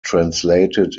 translated